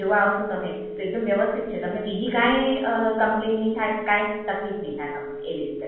જોવા આવશો તમે તો એકદમ વ્યવસ્થિત છે તમને બીજી કાંઈ કમ્પલેન નહીં થાય કંઈ જ તકલીફ નહીં થાય તમને એવી રીતે